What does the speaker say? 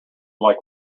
like